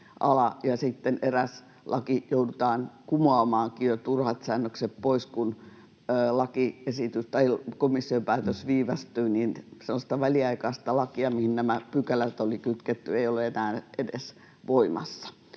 ja sitten eräs laki joudutaan kumoamaankin, turhat säännökset pois, sillä kun komission päätös viivästyi, niin sellaista väliaikaista lakia, mihin nämä pykälät oli kytketty, ei ole enää edes voimassa.